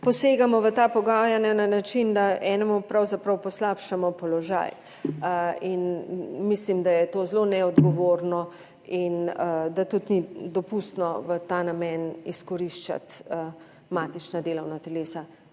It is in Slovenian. posegamo v ta pogajanja na način, da enemu pravzaprav poslabšamo položaj. Mislim, da je to zelo neodgovorno in da tudi ni dopustno v ta namen izkoriščati matičnih delovnih teles